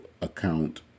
account